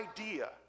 idea